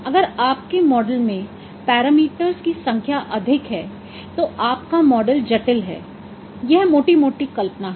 अगर आपके मॉडल में पैरामीटर्स की संख्या अधिक है तो आपका मॉडल जटिल है यह मोटी मोटी कल्पना है